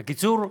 בקיצור,